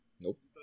Nope